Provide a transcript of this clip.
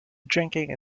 drinking